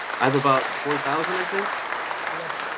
i have about four thousand i think i love it,